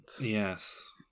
Yes